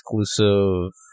exclusive